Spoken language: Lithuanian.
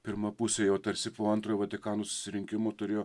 pirma pusėje tarsi po antrojo vatikano susirinkimo turėjo